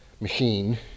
machine